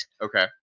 Okay